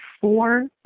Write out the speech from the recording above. four